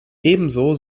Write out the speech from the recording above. ebenso